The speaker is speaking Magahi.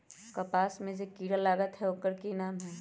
कपास में जे किरा लागत है ओकर कि नाम है?